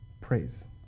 praise